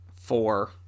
Four